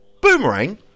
Boomerang